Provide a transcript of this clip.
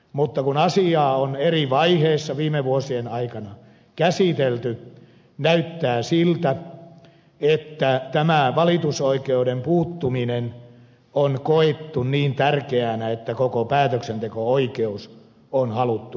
mutta kun asiaa on eri vaiheissa viime vuosien aikana käsitelty näyttää siltä että tämä valitusoikeuden puuttuminen on koettu niin tärkeäksi että koko päätöksenteko oikeus on haluttu pois